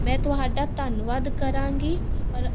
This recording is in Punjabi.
ਮੈਂ ਤੁਹਾਡਾ ਧੰਨਵਾਦ ਕਰਾਂਗੀ ਔਰ